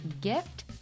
gift